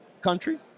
country